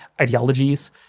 ideologies